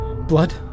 Blood